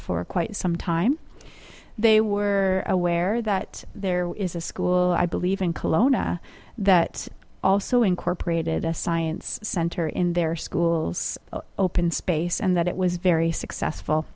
for quite some time they were aware that there is a school i believe in colona that also incorporated a science center in their schools open space and that it was very successful